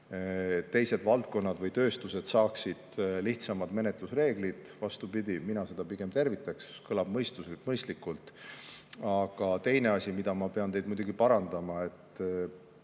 teised valdkonnad või tööstused saaksid lihtsamad menetlusreeglid. Vastupidi, mina seda pigem tervitan, see kõlab mõistlikult. Aga teine asi. Ma pean teid muidugi parandama, et